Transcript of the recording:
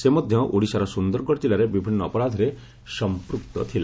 ସେ ମଧ୍ୟ ଓଡିଶାର ସୁନ୍ଦରଗଡ କିଲ୍ଲାରେ ବିଭିନ୍ନ ଅପରାଧରେ ସମ୍ପୃକ୍ତ ଥିଲା